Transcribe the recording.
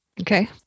Okay